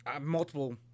multiple